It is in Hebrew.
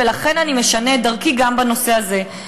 ולכן אני משנה את דרכי גם בנושא הזה.